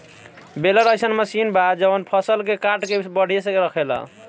baler अइसन machine बा जवन फसल के काट के बढ़िया से रखेले